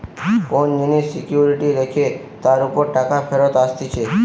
কোন জিনিস সিকিউরিটি রেখে তার উপর টাকা ফেরত আসতিছে